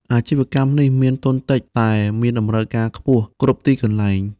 អាជីវកម្មនេះមានទុនតិចតែមានតម្រូវការខ្ពស់គ្រប់ទីកន្លែង។